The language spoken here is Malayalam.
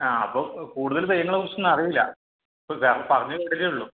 ആ അപ്പോൾ കൂടുതൽ തെയ്യങ്ങളെക്കുറിച്ച് ഒന്നും അറിയൂല്ല അപ്പോൾ പറഞ്ഞ് കേട്ടിട്ടേ ഉള്ളൂ